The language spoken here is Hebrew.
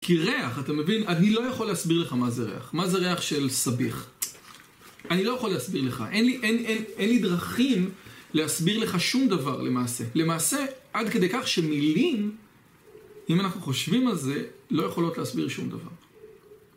כי ריח, אתה מבין, אני לא יכול להסביר לך מה זה ריח. מה זה ריח של סביח. אני לא יכול להסביר לך, אין לי דרכים להסביר לך שום דבר, למעשה. למעשה, עד כדי כך שמילים, אם אנחנו חושבים על זה, לא יכולות להסביר שום דבר.